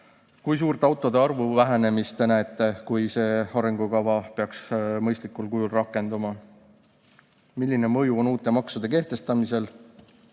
Kui suurt autode arvu vähenemist te näete, kui see arengukava peaks mõistlikul kujul rakenduma? Milline mõju on uute maksude kehtestamisel